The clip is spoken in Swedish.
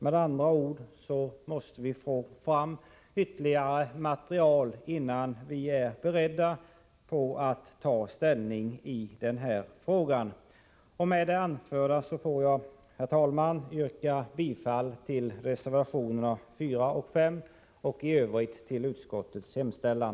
Vi måste, med andra ord, få fram mer material innan vi är beredda att ta ställning i denna fråga. Med det anförda yrkar jag, herr talman, bifall till reservationerna 4 och 5 och i övrigt bifall till utskottets hemställan.